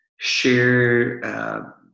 share